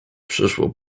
przyszło